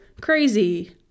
crazy